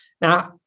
Now